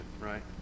right